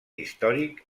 històric